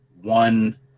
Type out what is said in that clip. one